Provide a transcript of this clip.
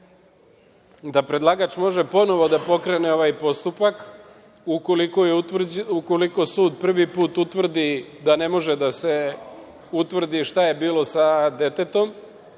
da predlagač može ponovo da pokrene ovaj postupak ukoliko sud prvi put utvrdi da ne može da se utvrdi šta je bilo sa detetom,